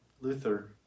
luther